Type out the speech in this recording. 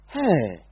Hey